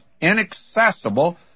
inaccessible